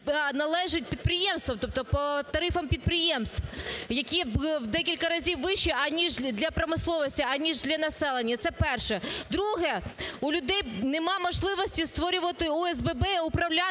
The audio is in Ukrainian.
належать підприємствам, тобто по тарифам підприємств, які в декілька разів вищі, аніж… для промисловості, аніж для населення. Це перше. Друге. У людей нема можливості створювати ОСББ і управляти